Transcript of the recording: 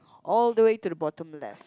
all the way to the bottom left